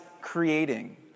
creating